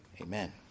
amen